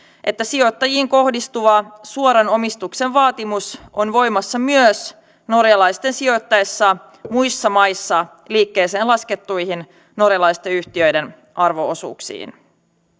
että sijoittajiin kohdistuva suoran omistuksen vaatimus on voimassa myös norjalaisten sijoittaessa muissa maissa liikkeeseen laskettuihin norjalaisten yhtiöiden arvo osuuksiin